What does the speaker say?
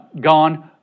gone